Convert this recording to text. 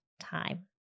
time